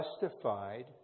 justified